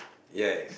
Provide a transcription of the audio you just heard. yes